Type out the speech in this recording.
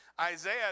Isaiah